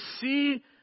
see